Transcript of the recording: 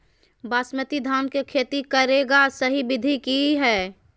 बासमती धान के खेती करेगा सही विधि की हय?